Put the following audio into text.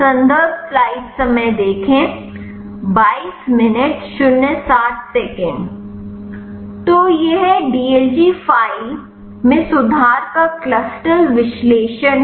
संदर्भ स्लाइड समय 2207 तो यह dlg फ़ाइल में सुधार का क्लस्टल विश्लेषण है